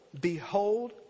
Behold